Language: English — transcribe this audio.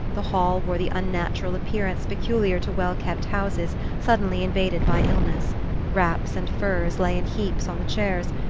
the hall wore the unnatural appearance peculiar to well-kept houses suddenly invaded by illness wraps and furs lay in heaps on the chairs,